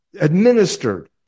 administered